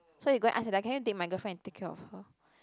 so they go ask that guy can you date my girlfriend and take care of her